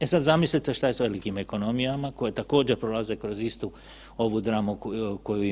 E sada zamislite što je sa velikim ekonomijama koje također prolaze kroz istu ovu dramu kao i mi.